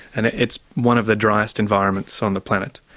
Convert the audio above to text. and it's one of the driest environments on the planet.